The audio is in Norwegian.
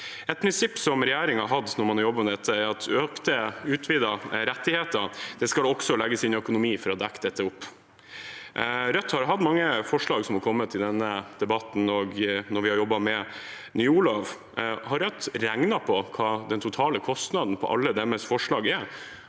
Et prinsipp som regjeringen har hatt når man har jobbet med dette, er at økte, utvidede rettigheter også skal legges inn i økonomien for å dekke det opp. Rødt har kommet med mange forslag til denne debatten når vi har jobbet med ny opplæringslov. Har Rødt regnet på hva den totale kostnaden for alle deres forslag er?